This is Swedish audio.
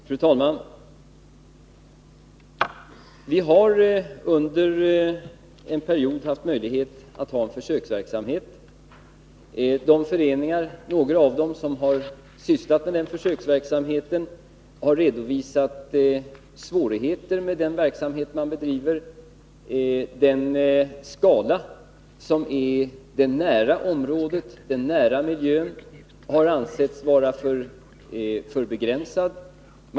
Fru talman! Vi har under en period haft möjlighet att bedriva en försöksverksamhet. Några av de föreningar som har varit engagerade i den försöksverksamheten har redovisat att de haft vissa svårigheter i sitt arbete. Exempelvis har den skala som täcker det näraliggande området ansetts vara för begränsad.